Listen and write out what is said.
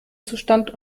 zustand